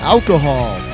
Alcohol